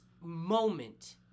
moment